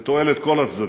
לתועלת כל הצדדים.